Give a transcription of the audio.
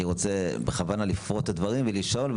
אני רוצה בכוונה לפרוט את הדברים ולשאול,